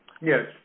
Yes